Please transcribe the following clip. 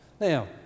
now